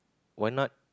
why not